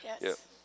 Yes